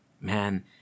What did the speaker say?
man